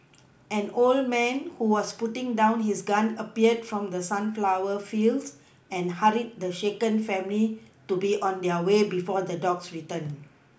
an old man who was putting down his gun appeared from the sunflower fields and hurried the shaken family to be on their way before the dogs return